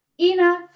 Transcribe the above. Ina